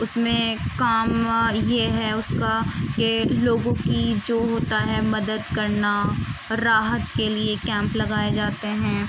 اس میں کام یہ ہے اس کا کہ لوگوں کی جو ہوتا ہے مدد کرنا راحت کے لیے کیمپ لگائے جاتے ہیں